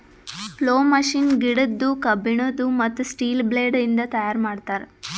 plough machine ಗಿಡದ್ದು, ಕಬ್ಬಿಣದು, ಮತ್ತ್ ಸ್ಟೀಲ ಬ್ಲೇಡ್ ಇಂದ ತೈಯಾರ್ ಮಾಡ್ತರ್